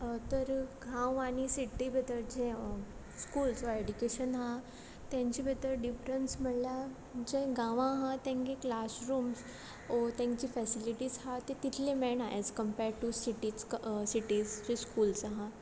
तर गांव आनी सिटी भितरचें स्कुल्स वा एड्युकेशना तेंचे भितर डिफरंस म्हणल्यार जें गांवां हा तेंगे क्लासरुम्स वो तेंगे फेसिलिटीज हा ती तितले मेळना एज कम्पेर्ड टू सिटी सिटींत जीं स्कुल्स आहा